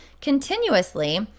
continuously